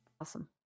awesome